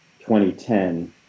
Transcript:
2010